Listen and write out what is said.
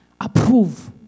approve